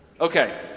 Okay